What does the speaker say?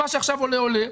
מה שעכשיו עולה יעלה,